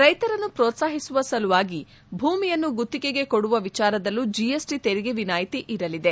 ರೈತರನ್ನು ಪ್ರೋತ್ಸಾಹಿಸುವ ಸಲುವಾಗಿ ಭೂಮಿಯನ್ನು ಗುತ್ತಿಗೆಗೆ ಕೊಡುವ ವಿಚಾರದಲ್ಲೂ ಜಿಎಸ್ಟಿ ತೆರಿಗೆ ವಿನಾಯಿತಿ ಇರಲಿದೆ